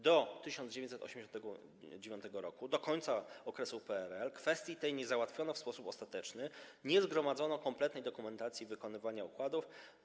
Do 1989 r., do końca okresu PRL, kwestii tej nie załatwiono w sposób ostateczny, nie zgromadzono kompletnej dokumentacji wykonywania układów.